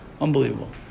Unbelievable